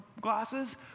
glasses